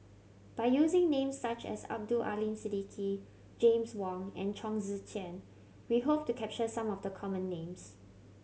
by using names such as Abdul Aleem Siddique James Wong and Chong Tze Chien we hope to capture some of the common names